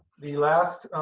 the last